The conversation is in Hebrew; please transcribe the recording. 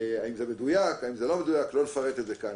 האם זה מדויק או לא לא נפרט את זה כאן.